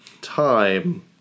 time